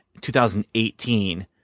2018